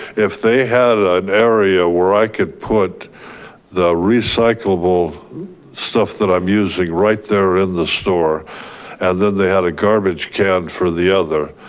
if they had an area where i could put the recyclable stuff that i'm using right there in the store and then they had a garbage can for the other.